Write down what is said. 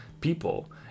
people